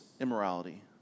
immorality